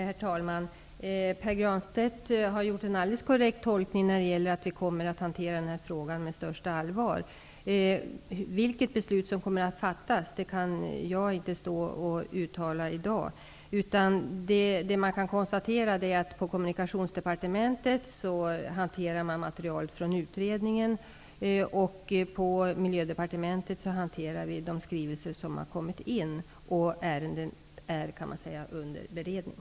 Herr talman! Pär Granstedt har gjort en alldeles korrekt tolkning när det gäller att vi kommer att hantera denna fråga med största allvar. Vilket beslut som kommer att fattas kan jag inte uttala i dag. Det som jag kan konstatera är att man på Kommunikationsdepartementet hanterar materialet från utredningen och att vi på Miljödepartementet hanterar de skrivelser som har kommit in. Man kan säga att ärendet är under beredning.